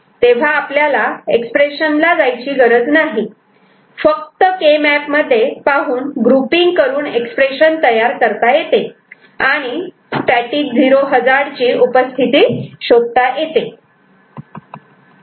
तेव्हा आपल्याला एक्सप्रेशन ला जायची गरज नाही फक्त के मॅप मध्ये पाहून ग्रुपिंग करून एक्सप्रेशन तयार करता येते आणि स्टॅटिक 0 हजार्ड ची उपस्थिती शोधता येते